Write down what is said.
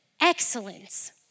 excellence